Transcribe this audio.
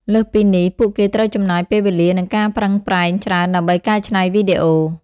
លើសពីនេះ ពួកគេត្រូវចំណាយពេលវេលានិងការប្រឹងប្រែងច្រើនដើម្បីកែច្នៃវីដេអូ។